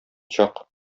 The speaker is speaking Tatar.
чак